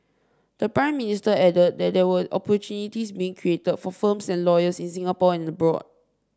the Prime Minister added that there were opportunities being created for firms and lawyers in Singapore and abroad